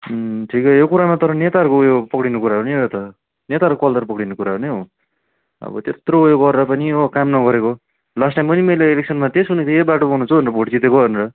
ठिकै यो कुरामा तर नेताहरूको यो पक्रिनु कुरा हो नि यो त नेताहरूको कोलर पक्रिनु कुरा हो नि यो अब त्यत्रो यो गरेर पनि यो काम नगरेको लास्ट टाइम पनि मैले इलेक्सनमा त्यही सुनेको थिएँ यही बाटो बनाउँछु भनेर भोट जितेको भनेर